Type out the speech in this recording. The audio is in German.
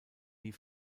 nie